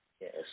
Yes